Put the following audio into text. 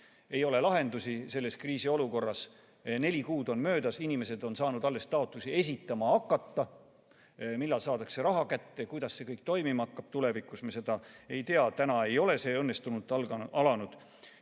ei ole lahendusi selles kriisiolukorras. Neli kuud on möödas, inimesed on saanud alles taotlusi esitama hakata. Millal saadakse raha kätte, kuidas see kõik tulevikus toimima hakkab, seda me ei tea. Täna ei ole see õnnestunult alanud.